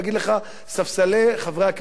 ספסלי חברי הכנסת נאים לך.